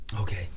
okay